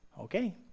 Okay